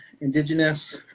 indigenous